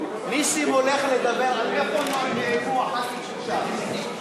נסים הולך לדבר על איפה נעלמו חברי הכנסת של ש"ס.